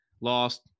lost